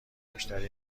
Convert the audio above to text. مشتری